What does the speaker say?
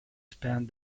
spanned